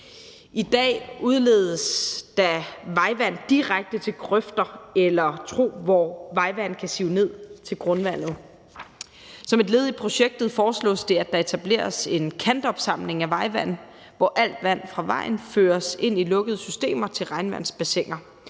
I dag udledes der vejvand direkte til grøfter eller trug, hvor vejvand kan sive ned til grundvandet. Som et led i projektet foreslås det, at der etableres en kantopsamling af vejvand, hvor alt vand fra vejen føres ind i lukkede systemer til regnvandsbassiner,